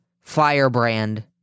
firebrand